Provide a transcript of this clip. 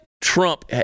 Trump